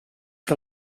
que